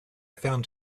found